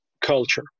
culture